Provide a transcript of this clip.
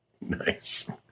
Nice